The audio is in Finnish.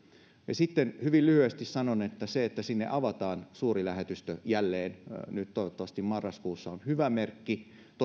sitten hyvin lyhyesti sanon se että sinne avataan suurlähetystö jälleen nyt toivottavasti marraskuussa on hyvä merkki toivon